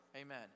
Amen